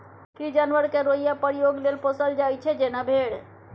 किछ जानबर केँ रोइयाँ प्रयोग लेल पोसल जाइ छै जेना भेड़